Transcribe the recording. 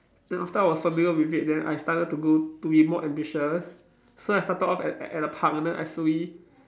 then after I was familiar with it then I started to go to be more ambitious so I started off at at a park and then I slowly